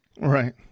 Right